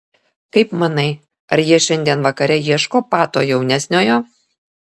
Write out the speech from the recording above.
kaip manai ar jie šiandien vakare ieško pato jaunesniojo